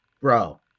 bro